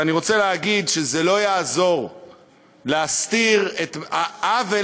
ואני רוצה להגיד שזה לא יעזור להסתיר את העוול